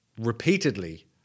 repeatedly